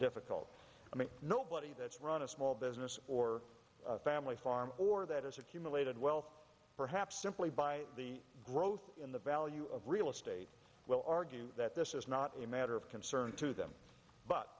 difficult nobody that's run a small business or family farm or that has accumulated wealth perhaps simply by the growth in the value of real estate will argue that this is not a matter of concern to them but